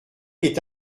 est